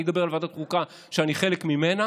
אני אדבר על ועדת החוקה, שאני חלק ממנה.